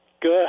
Good